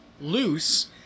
loose